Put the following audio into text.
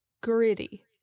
gritty